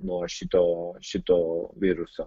nuo šito šito viruso